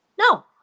No